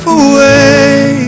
away